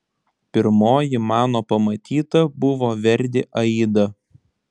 pirmoji mano pamatyta buvo verdi aida